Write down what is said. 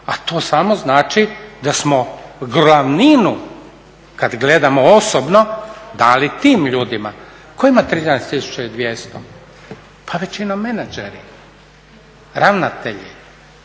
a to samo znači da smo glavninu kad gledamo osobno dali tim ljudima. Tko ima 13200, pa većinom menadžeri, ravnatelji,